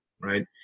right